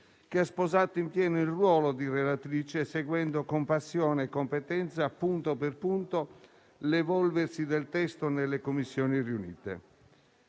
che ha sposato in pieno il ruolo di relatrice seguendo con passione e competenza, punto per punto, l'evolversi del testo nelle Commissioni riunite.